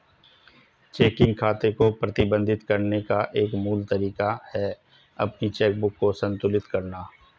checking खाते को प्रबंधित करने का एक मूल तरीका है अपनी चेकबुक को संतुलित करना